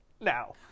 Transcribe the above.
now